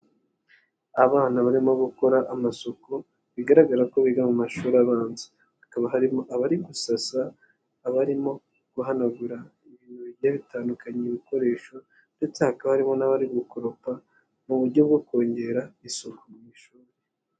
Abana barimo gukora amasuku bigaragara ko biga mu mashuri abanza. Hakaba harimo abari gusasa, abarimo guhanagura ibintu bigiye bitandukanye ibikoresho ndetse hakaba harimo n'abari gukoropa, mu buryo bwo kongera isuku mu ishuri.